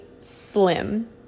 slim